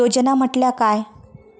योजना म्हटल्या काय?